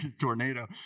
tornado